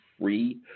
free